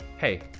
hey